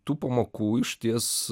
tų pamokų išties